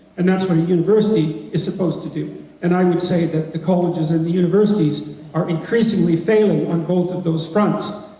and that's what an university is supposed to do and i would say that the colleges and universities are increasingly failing on both of those fronts,